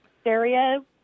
stereo